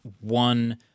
one